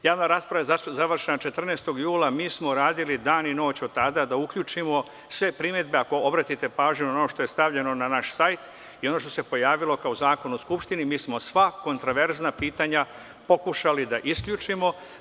Javna rasprava je završena 14. jula, mi smo radili dan i noć od tada da uključimo sve primedbe, ako obratite pažnju na ono što je stavljeno na naš sajt i ono što se pojavilo kao zakon u Skupštini, mi smo sva kontraverzna pitanja pokušali da isključimo.